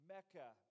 Mecca